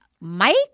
Mike